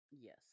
Yes